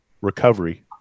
recovery